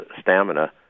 stamina